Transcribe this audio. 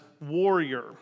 warrior